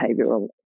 behavioral